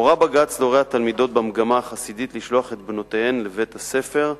הורה בג"ץ להורי התלמידות במגמה החסידית לשלוח את בנותיהם לבית-הספר,